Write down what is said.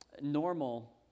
Normal